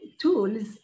tools